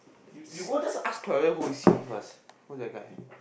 you you go just ask her then who is he first whose that guy